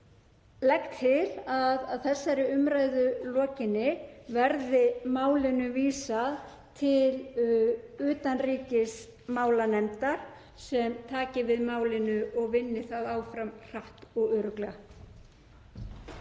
legg til að að þessari umræðu lokinni verði málinu vísað til utanríkismálanefndar sem taki við málinu og vinni það áfram hratt og örugglega.